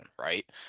right